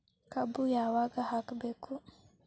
ಕಬ್ಬು ಯಾವಾಗ ಹಾಕಬೇಕು?